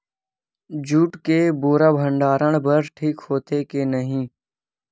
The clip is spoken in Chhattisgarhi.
जूट के बोरा भंडारण बर ठीक होथे के नहीं?